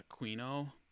Aquino